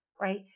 Right